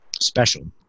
special